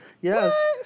Yes